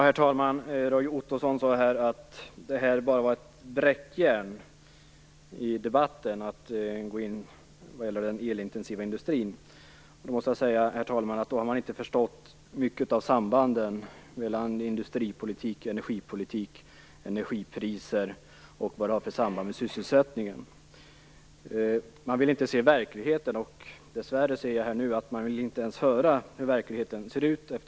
Herr talman! Roy Ottosson talade om "bräckjärn" i debatten vad gäller den elintensiva industrin. Men då har man inte förstått särskilt mycket beträffande sambandet mellan industripolitik och energipolitik samt mellan energipriser och effekter på sysselsättningen. Man vill inte se verkligheten. Dess värre vill man, märker jag nu, inte ens höra något om hur verkligheten ser ut.